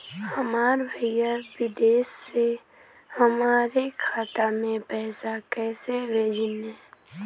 हमार भईया विदेश से हमारे खाता में पैसा कैसे भेजिह्न्न?